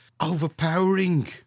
overpowering